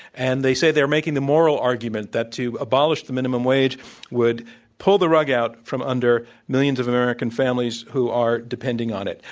and they say they are making the moral argument, that to abolish the minimum wage would pull the rug out from under millions of american families who are depending on it.